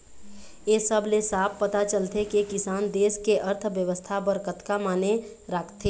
ए सब ले साफ पता चलथे के किसान देस के अर्थबेवस्था बर कतका माने राखथे